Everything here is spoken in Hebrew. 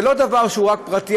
זה לא דבר שהוא רק פרטי,